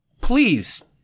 please